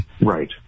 right